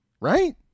right